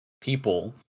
people